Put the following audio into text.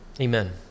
Amen